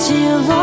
Till